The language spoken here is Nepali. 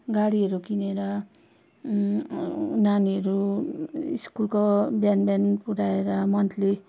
गाडीहरू किनेर नानीहरू स्कुलको बिहान बिहान पुर्याएर मन्थली